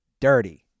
dirty